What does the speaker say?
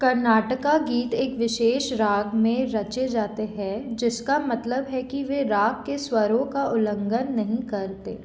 कर्नाटक गीत एक विशेष राग में रचे जाते हैं जिसका मतलब है कि वे राग के स्वरों का उल्लंघन नहीं करते